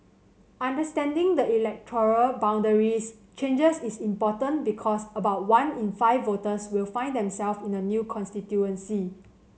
understanding the electoral boundaries changes is important because about one in five voters will find themselves in a new constituency